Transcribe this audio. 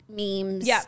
memes